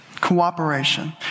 Cooperation